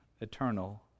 eternal